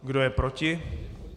Kdo je proti?